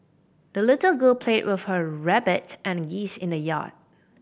the little girl played with her rabbit and geese in the yard